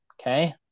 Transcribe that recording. Okay